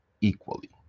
equally